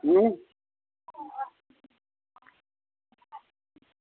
अं